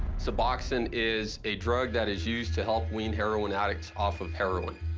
suboxone is a drug that is used to help wean heroin addicts off of heroin.